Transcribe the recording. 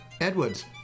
Edward's